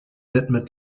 widmet